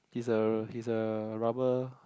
he's a he's a rubber